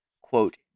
quote